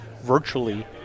virtually